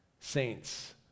saints